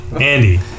Andy